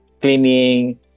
cleaning